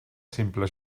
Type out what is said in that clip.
simple